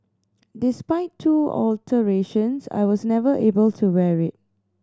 despite two alterations I was never able to wear it